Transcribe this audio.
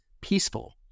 peaceful